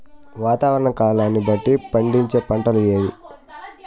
వాతావరణ కాలాన్ని బట్టి పండించే పంటలు ఏవి?